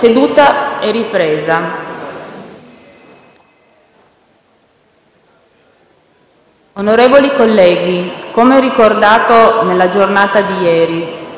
nuova finestra"). Onorevoli colleghi, come ricordato nella giornata di ieri